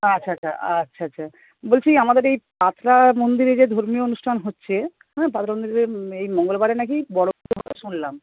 আচ্ছা আচ্ছা আচ্ছা আচ্ছা বলছি আমাদের এই পাঁচরা মন্দিরে যে ধর্মীয় অনুষ্ঠান হচ্ছে হ্যাঁ পাঁচরা মন্দিরে যে এই মঙ্গলবারে নাকি বড় করে হবে শুনলাম